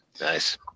nice